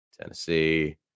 Tennessee